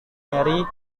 mary